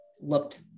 looked